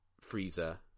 freezer